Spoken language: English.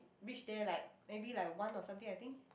reach there like maybe like one or something I think